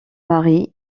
mari